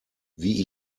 wie